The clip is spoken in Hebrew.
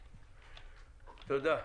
תודה.